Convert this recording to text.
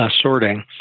sorting